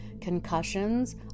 concussions